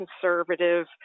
conservative